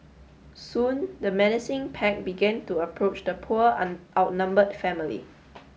soon the menacing pack began to approach the poor outnumbered family